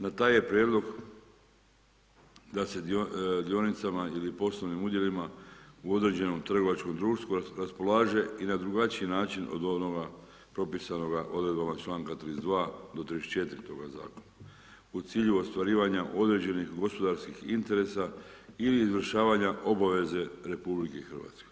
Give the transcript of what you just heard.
Na taj je prijedlog da se dionicama ili poslovnim udjelima u određenom trgovačkom društvu raspolaže i na drugačiji način od onog propisanoga odredbama čl. 32.-34. zakona u cilju ostvarivanja određenih gospodarskih interesa ili izvršavanja obaveze RH.